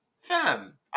fam